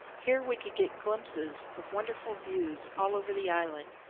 here we could get glimpses of wonderful views all over the island,